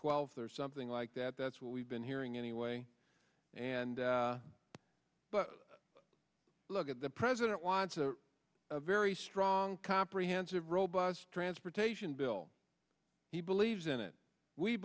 twelfth or something like that that's what we've been hearing anyway and but look at the president wants a very strong comprehensive robust transportation bill he believes in it we